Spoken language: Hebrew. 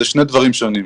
אלה שני דברים שונים.